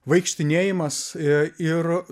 vaikštinėjimas i ir